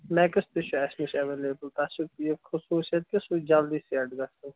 makes تہِ چھُ اَسہِ نِش ایٚویلیبُل تَتھ چھُ یہِ خصوٗصیت کہِ سُہ چھُ جلدی سیٚٹ گژھان